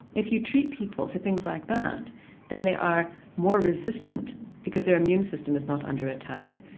if you treat people for things like that then they are more resistant because their immune system is not under attack,